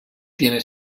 tiene